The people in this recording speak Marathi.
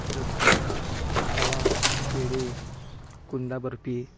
परत खवा पेढे कुंदा बर्फी